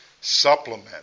supplement